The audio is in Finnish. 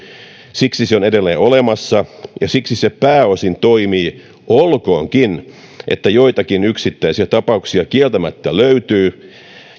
siksi se on edelleen olemassa ja siksi se pääosin toimii olkoonkin että joitakin yksittäisiä tapauksia kieltämättä löytyy